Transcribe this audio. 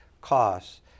costs